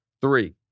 three